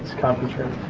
accomplishment